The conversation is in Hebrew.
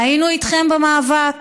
היינו איתכם במאבק,